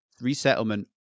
resettlement